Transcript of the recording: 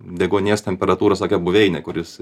deguonies temperatūros tokia buveinė kuris